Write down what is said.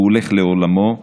הוא הולך לעולמו.